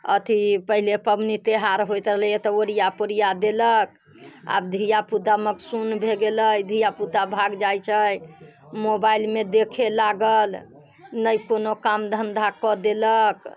अथी पहिले पबनी त्योहार होइत रहलैऽ तऽ ओरिया पोरिया देलक आब धियापुता मथसून भए गेलै धियापुता भागि जाइ छै मोबाइलमे देखे लागल ने कोनो काम धन्धा कऽ देलक